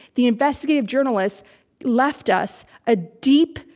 the investigative journalists left us a deep,